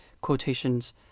quotations